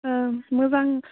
ओं मोजां